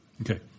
Okay